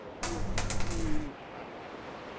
you'll have saved our house.